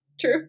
True